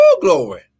glory